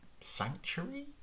sanctuary